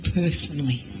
personally